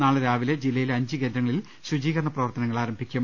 നാളെ രാവിലെ ജില്ലയിലെ അഞ്ച് കേന്ദ്രങ്ങളിൽ ശുചീകരണ പ്രവർത്തനങ്ങൾ ആരംഭിക്കും